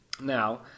Now